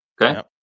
okay